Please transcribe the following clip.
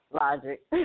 Logic